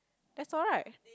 that's all right